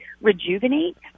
rejuvenate